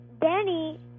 Danny